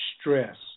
Stress